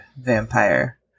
vampire